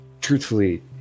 Truthfully